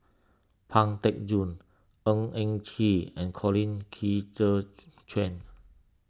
Pang Teck Joon Ng Eng Kee and Colin Qi Zhe Quan